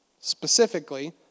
specifically